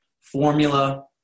formula